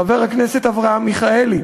חבר הכנסת אברהם מיכאלי,